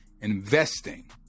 investing